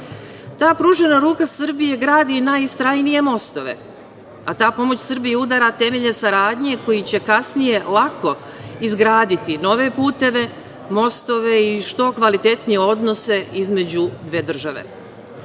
Ta pružena ruka Srbije gradi i najistrajnije mostove, a ta pomoć Srbije udara temelje saradnje koji će kasnije lako izgraditi nove puteve, mostove i što kvalitetnije odnose između dve države. Ovaj